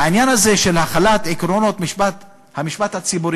העניין הזה של החלת עקרונות המשפט הציבורי,